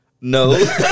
No